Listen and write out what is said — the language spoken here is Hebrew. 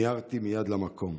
מיהרתי מייד למקום.